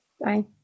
Bye